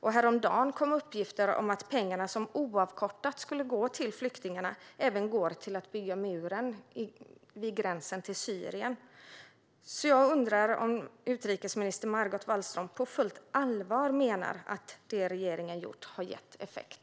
Häromdagen kom uppgifter om att de pengar som oavkortat skulle gå till flyktingarna även går till att bygga muren på gränsen till Syrien. Jag undrar därför om utrikesminister Margot Wallström på fullt allvar menar att det som regeringen har gjort har gett effekt.